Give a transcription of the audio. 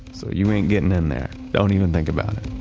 so you ain't getting in there. don't even think about it